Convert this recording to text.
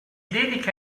dedica